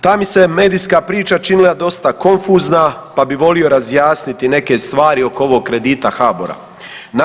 Ta mi se medijska priča činila dosta konfuzna pa bi volio razjasniti neke stvari oko ovog kredita HABOR-a.